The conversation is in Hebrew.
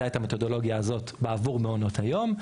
את המתודולוגיה הזאת בעבור מעונות היום,